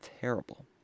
terrible